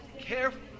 Careful